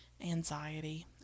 anxiety